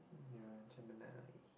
ya Gemini